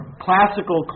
classical